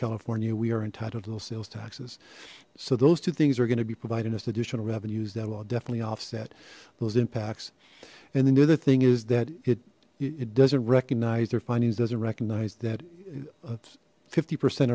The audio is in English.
california we are entitled to those sales taxes so those two things are going to be providing us additional revenues that are all definitely offset those impacts and then the other thing is that it it doesn't recognize their findings doesn't recognize that fifty percent